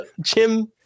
Jim